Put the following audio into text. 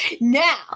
now